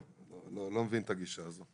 אני לא מבין את הגישה הזאת.